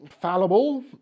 fallible